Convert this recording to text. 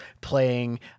playing